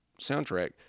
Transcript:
soundtrack